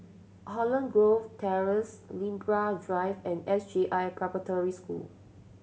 Holland Grove Terrace Libra Drive and S J I Preparatory School